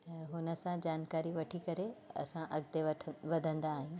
ऐं हुन सां जानकारी वठी करे असां अॻिते वठ वधंदा आहियूं